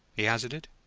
he hazarded.